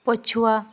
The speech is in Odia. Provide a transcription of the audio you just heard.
ପଛୁଆ